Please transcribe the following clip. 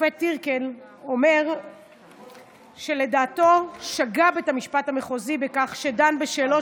השופט טירקל אומר שלדעתו שגה בית המשפט המחוזי בכך שדן בשאלות